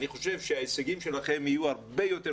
אני חושב שההישגים שלכם יהיו הרבה יותר